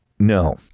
No